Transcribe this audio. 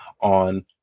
on